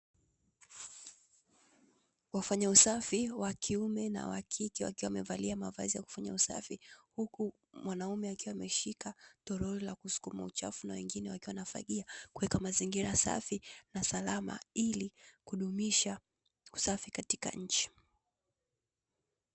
Wafanya usafi wa kiume na kike wakiwa wamevalia mavazi ya kufanya usafi, huku mwanaume akiwa ameshika toroli la kusukuma uchafu na mwingine akiwa anafagia kuweka mazingira safi na salama ili kudumisha usafi katika nchi.